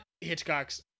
Hitchcock's